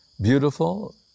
beautiful